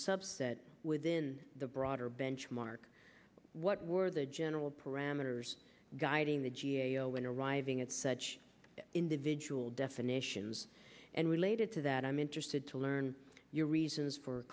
subset within the broader benchmark what were the general parameters guiding the g a o when arriving at such individual definitions and related to that i'm interested to learn your reasons for